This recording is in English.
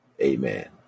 Amen